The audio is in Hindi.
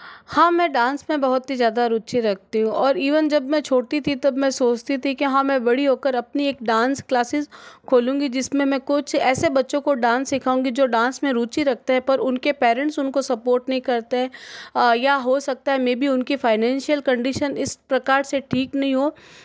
हाँ मैं डांस में बहुत ही ज़्यादा रुचि रखती हूँ और ईवन जब मैं छोटी थी तब मैं सोचती थी कि हाँ मैं बड़ी होकर अपनी एक डांस क्लासेस खोलूँगी जिसमें मैं कुछ ऐसे बच्चों को डांस सिखाऊंगी जो डांस में रुचि रखते हैं पर उनके पेरेंट्स उनको सपोर्ट नहीं करते हैं या हो सकता है मे बी उनकी फाइनेंशियल कंडीशन इस प्रकार से ठीक नहीं हो